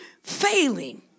Failing